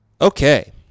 Okay